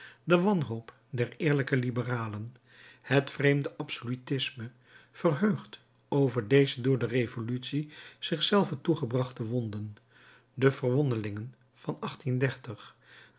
de wanhoop der eerlijke liberalen het vreemde absolutisme verheugd over deze door de revolutie zich zelve toegebrachte wonden de verwonnelingen van